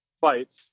fights